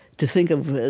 to think of it